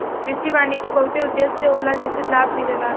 कृषि वानिकी बहुते उद्देश्य से होला जेइसे लाभ मिलेला